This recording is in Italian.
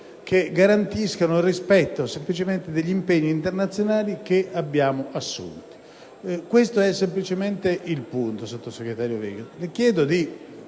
che garantiscano il rispetto degli impegni internazionali da noi assunti. Questo è semplicemente il punto, Vice ministro; le chiedo